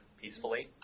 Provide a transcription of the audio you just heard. peacefully